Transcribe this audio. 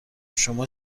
شما